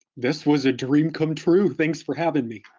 this was a dream come true, thanks for having me.